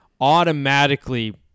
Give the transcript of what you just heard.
automatically